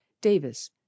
davis